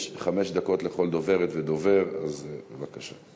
יש חמש דקות לכל דוברת ודובר, אז בבקשה.